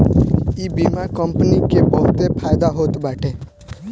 इ बीमा कंपनी के बहुते फायदा होत बाटे